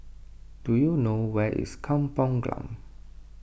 do you know where is Kampung Glam